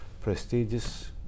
prestigious